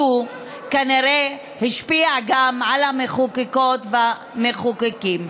כנראה השפיע גם על המחוקקות והמחוקקים.